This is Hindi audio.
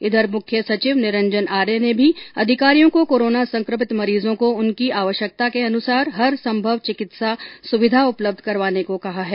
इधर मुख्य सचिव निरंजन आर्य ने भी अधिकारियों को कोरोना संक्रमित मरीजों को उनकी आवश्यकता के अनुसार हर संभव चिकित्सा सुविधा उपलब्ध करवाने को कहा है